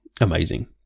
amazing